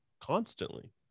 constantly